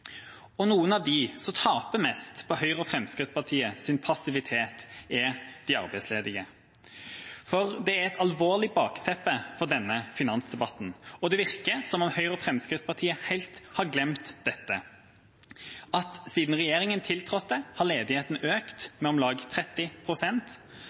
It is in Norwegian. forhandlinger. Noen av dem som taper mest på Høyres og Fremskrittspartiets passivitet, er de arbeidsledige. Det er et alvorlig bakteppe for denne finansdebatten, og det virker som om Høyre og Fremskrittspartiet helt har glemt dette: Siden regjeringa tiltrådte, har ledigheten økt